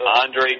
Andre